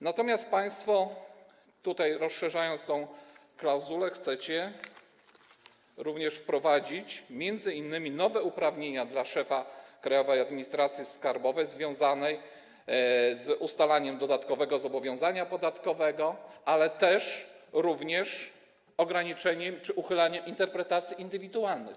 Natomiast państwo tutaj, rozszerzając tę klauzulę, chcecie również wprowadzić m.in. nowe uprawnienia dla szefa Krajowej Administracji Skarbowej związane z ustalaniem dodatkowego zobowiązania podatkowego, ale też ograniczenie czy uchylanie interpretacji indywidualnych.